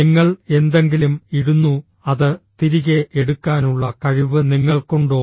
നിങ്ങൾ എന്തെങ്കിലും ഇടുന്നു അത് തിരികെ എടുക്കാനുള്ള കഴിവ് നിങ്ങൾക്കുണ്ടോ